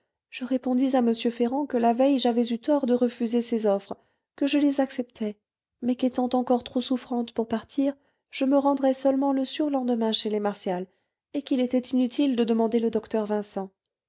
je répondis à m ferrand que la veille j'avais eu tort de refuser ses offres que je les acceptais mais qu'étant encore trop souffrante pour partir je me rendrais seulement le surlendemain chez les martial et qu'il était inutile de demander le docteur vincent